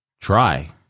try